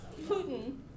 Putin